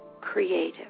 creative